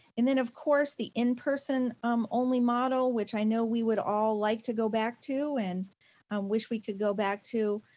and then of course, the in-person um only model which i know we would all like to go back to and wish we could go back to.